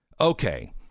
Okay